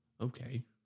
okay